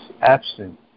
absent